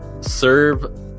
Serve